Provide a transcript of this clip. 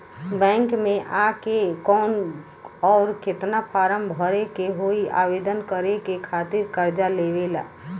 Bank मे आ के कौन और केतना फारम भरे के होयी आवेदन करे के खातिर कर्जा लेवे ला?